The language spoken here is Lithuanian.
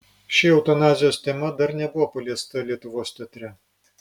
ši eutanazijos tema dar nebuvo paliesta lietuvos teatre